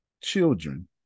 children